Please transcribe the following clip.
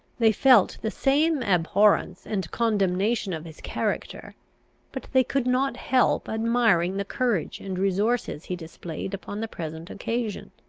they felt the same abhorrence and condemnation of his character but they could not help admiring the courage and resources he displayed upon the present occasion.